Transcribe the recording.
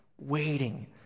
waiting